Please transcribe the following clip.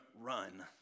run